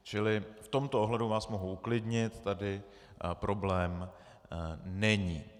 Čili v tomto ohledu vás mohu uklidnit, tady problém není.